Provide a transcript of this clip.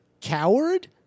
coward